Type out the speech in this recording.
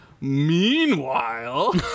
Meanwhile